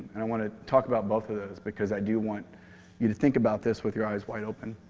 and i want to talk about both of those, because i do want you to think about this with your eyes wide open.